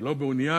ולא באונייה,